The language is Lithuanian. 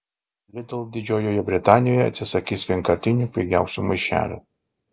lidl didžiojoje britanijoje atsisakys vienkartinių pigiausių maišelių